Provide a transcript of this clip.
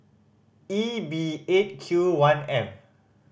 E B Eight Q one M